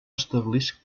establisc